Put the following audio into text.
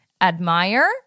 admire